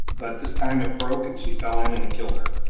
but this time it broke and she fell in and it killed her.